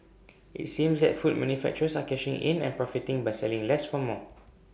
IT seems that food manufacturers are cashing in and profiting by selling less for more